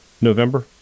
November